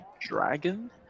dragon